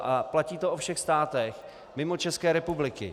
A platí to o všech státech mimo České republiky.